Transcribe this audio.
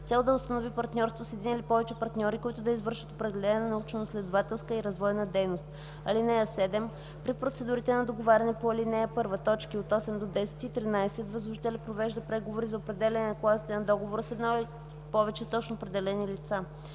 цел да установи партньорство с един или повече партньори, които да извършват определена научноизследователска и развойна дейност. (7) При процедурите на договаряне по ал. 1, т. 8-10 и 13 възложителят провежда преговори за определяне на клаузите на договора с едно или повече точно определени лица.